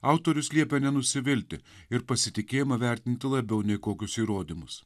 autorius liepia nenusivilti ir pasitikėjimą vertintų labiau nei kokius įrodymus